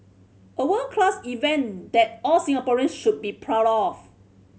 a world class event that all Singaporeans should be proud of